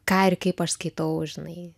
ką ir kaip aš skaitau žinai